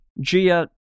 Gia